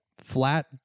flat